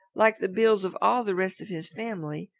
like the bills of all the rest of his family,